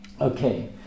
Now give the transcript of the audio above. Okay